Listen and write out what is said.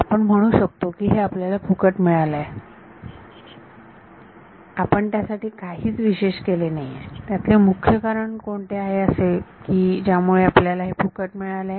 तर आपण म्हणू शकतो की हे आपल्याला फुकट मिळाले आहे आपण त्यासाठी काहीच विशेष केले नाही यातले मुख्य कारण कोणते आहे असेल की यामुळे आपल्याला हे फुकट मिळाले